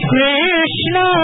Krishna